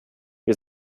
wir